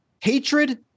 Hatred